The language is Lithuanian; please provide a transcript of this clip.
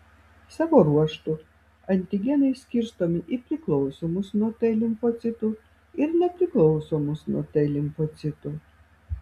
savo ruožtu antigenai skirstomi į priklausomus nuo t limfocitų ir nepriklausomus nuo t limfocitų